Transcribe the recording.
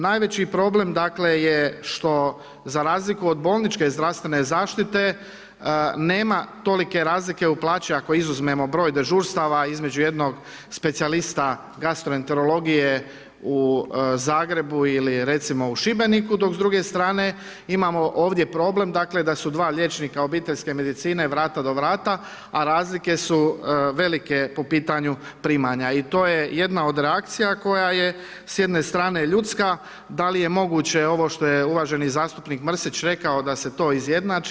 Najveći problem je što za razliku od bolničke zdravstvene zaštite nema tolike razlike u plaći ako izuzmemo broj dežurstava između jednog specijalista gastroenterologije u Zagrebu ili recimo u Šibeniku, dok s druge strane imamo ovdje problem da su dva liječnika obiteljske medicine vrata do vrata, a razlike su velike po pitanju primanja i to je jedna od reakcija koja je s jedne strane ljudske da li je moguće što je uvaženi zastupnik Mrsić rekao da se to izjednači.